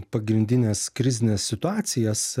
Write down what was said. pagrindines krizines situacijas